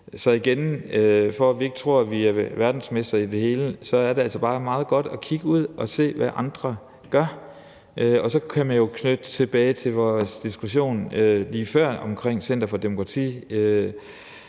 sige: For at vi ikke tror, at vi er verdensmestre i det hele, så er det altså bare meget godt at kigge ud og se, hvad andre gør. Og så kan man jo knytte an til vores diskussion lige før omkring et center for demokratiudvikling.